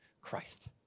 Christ